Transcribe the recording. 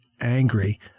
angry